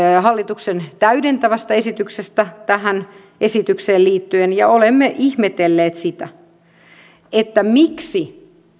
hallituksen täydentävästä esityksestä tähän esitykseen liittyen ja olemme ihmetelleet sitä miksi